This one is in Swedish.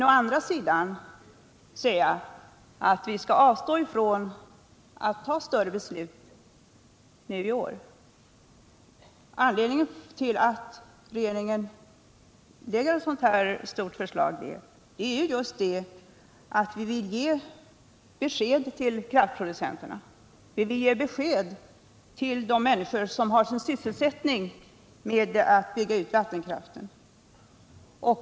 Å andra sidan skulle vi avstå från att ta större beslut i år. Anledningen till att regeringen lägger fram ett sådant här stort förslag är ju just att vi vill ge besked till kraftproducenterna och till de människor som har som sin sysselsättning att bygga ut vattenkraften.